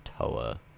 toa